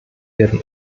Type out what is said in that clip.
werden